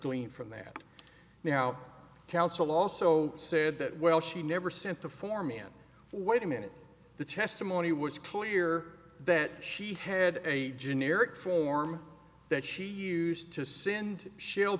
doing from that now counsel also said that well she never sent the forman wait a minute the testimony was clear that she had a generic form that she used to send shell